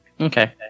Okay